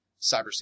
cybersecurity